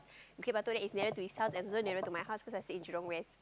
Bukit-Batok there is nearest to his house and also nearer to my house cause I stay in Jurong-West